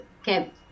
okay